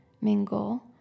mingle